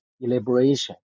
elaboration